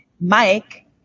Mike